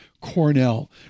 Cornell